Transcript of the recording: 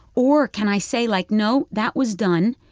or can i say, like, no. that was done.